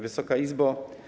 Wysoka Izbo!